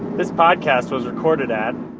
this podcast was recorded at.